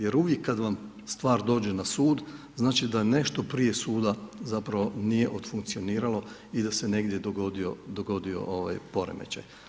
Jer uvijek kad vam stvar dođe na sud znači da nešto prije suda zapravo nije od funkcioniralo i da se negdje dogodio, dogodio ovaj poremećaj.